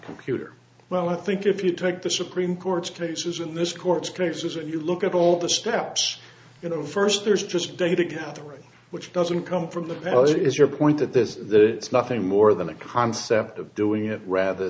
computer well i think if you take the supreme court cases in this court traces and you look at all the steps you know first there's just data gathering which doesn't come from the palace it is your point that this the nothing more than a concept of doing it rather